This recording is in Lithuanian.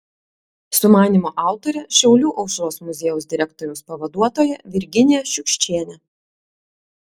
sumanymo autorė šiaulių aušros muziejaus direktoriaus pavaduotoja virginija šiukščienė